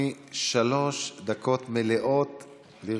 ובכן, אדוני, שלוש דקות מלאות לרשותך.